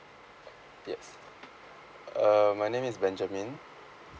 uh yes uh my name is benjamin